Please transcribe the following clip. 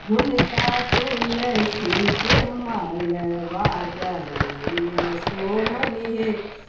हुनका तुलसीके मालाबा गलेमे शोभनि हे